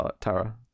Tara